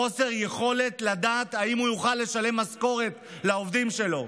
חוסר יכולת לדעת אם הוא יוכל לשלם משכורת לעובדים שלו,